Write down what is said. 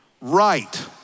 Right